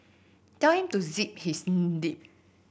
tell him to zip his lip